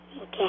Okay